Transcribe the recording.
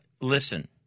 listen